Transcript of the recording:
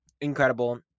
incredible